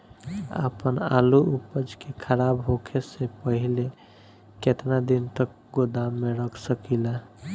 आपन आलू उपज के खराब होखे से पहिले केतन दिन तक गोदाम में रख सकिला?